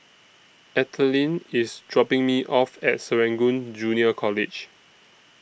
Ethelyn IS dropping Me off At Serangoon Junior College